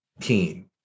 team